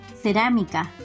cerámica